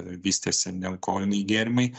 vystėsi nealkoholiniai gėrimai